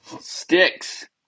Sticks